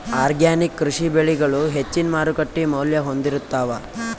organic ಕೃಷಿ ಬೆಳಿಗಳು ಹೆಚ್ಚಿನ್ ಮಾರುಕಟ್ಟಿ ಮೌಲ್ಯ ಹೊಂದಿರುತ್ತಾವ